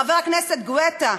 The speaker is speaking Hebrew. חבר הכנסת גואטה,